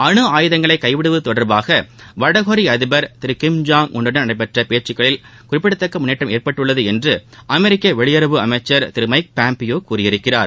அனு ஆயுதங்களை கைவிடுவது தொடர்பாக வடகொரிய அதிபர் திரு கிம் ஜாங் உள் உடன் பேச்சுக்களில் குறிப்பிடத்தக்க முன்னேற்றம் ஏற்பட்டுள்ளது என்று அமெரிக்க வெளியுறவு நடைபெற்ற திரு மைக் பாம்பியோ கூறியிருக்கிறார்